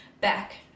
back